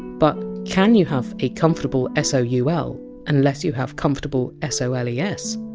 but, can you have a comfortable s o u l unless you have comfortable s o l e s?